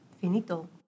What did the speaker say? Finito